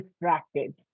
distracted